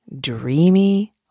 dreamy